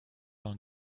dans